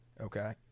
okay